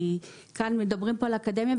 כי כאן מדברים פה על אקדמיה,